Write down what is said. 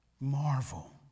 marvel